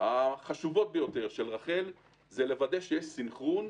החשובות ביותר של רח"ל, היא לוודא שיש סנכרון,